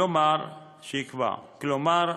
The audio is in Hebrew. כלומר,